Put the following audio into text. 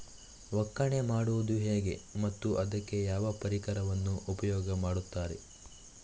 ಒಕ್ಕಣೆ ಮಾಡುವುದು ಹೇಗೆ ಮತ್ತು ಅದಕ್ಕೆ ಯಾವ ಪರಿಕರವನ್ನು ಉಪಯೋಗ ಮಾಡುತ್ತಾರೆ?